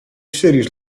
cities